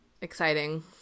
exciting